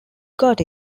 got